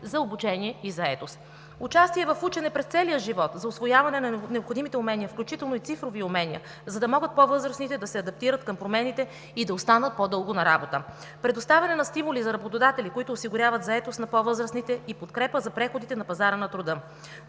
за обучение и заетост; участие в „Учене през целия живот“ за усвояване на необходимите умения, включително и цифрови умения, за да могат по-възрастните да се адаптират към промените и да останат по-дълго на работа; предоставяне на стимули за работодатели, които осигуряват заетост на по-възрастните, и подкрепа за преходите на пазара на труда.